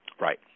Right